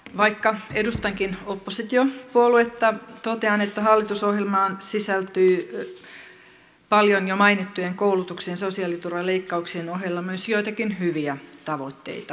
vaikka edustankin oppositiopuoluetta totean että hallitusohjelmaan sisältyy jo paljon mainittujen koulutuksen ja sosiaaliturvan leikkauksien ohella myös joitakin hyviä tavoitteita